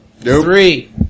Three